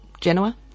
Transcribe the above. Genoa